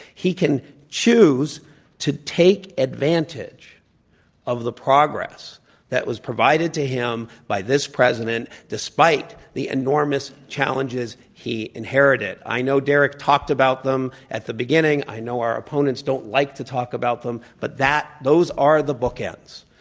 he can choose to take advantage of the progress that was provided to him by this president despite the enormous challenges he inherited. i know derek talked about them at the beginning. i know our opponents don't like to talk about them, but that those are the bookends.